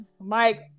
Mike